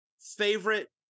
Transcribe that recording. Favorite